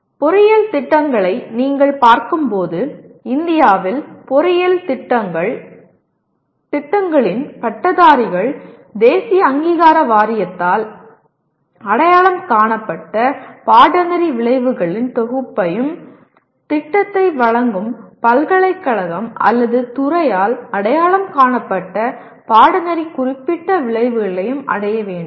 பொறியியல் திட்டங்களை நீங்கள் பார்க்கும்போது இந்தியாவில் பொறியியல் திட்டங்களின் பட்டதாரிகள் தேசிய அங்கீகார வாரியத்தால் அடையாளம் காணப்பட்ட பாடநெறி விளைவுகளின் தொகுப்பையும் திட்டத்தை வழங்கும் பல்கலைக்கழகம் அல்லது துறையால் அடையாளம் காணப்பட்ட பாடநெறி குறிப்பிட்ட விளைவுகளையும் அடைய வேண்டும்